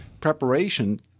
preparation